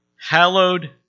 Hallowed